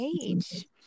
age